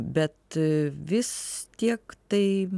bet vis tiek tai